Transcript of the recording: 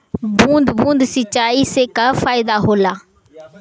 बूंद बूंद सिंचाई से का फायदा होला?